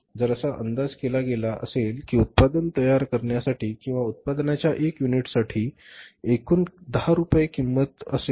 जर असा अंदाज केला गेला असेल की उत्पादन तयार करण्यासाठी किंवा उत्पादनाच्या 1 युनिटसाठी उत्पादनाची एकूण किंमत 10 रुपये असेल